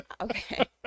okay